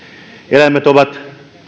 eläimet ovat